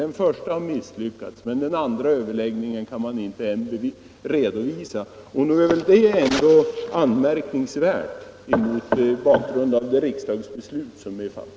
Den första överläggningen miss Om rekryteringen lyckades, och den andra kan man alltså inte ens redogöra för. Nog är — av kvinnor till det anmärkningsvärt mot bakgrund av det riksdagsbeslut som är fattat.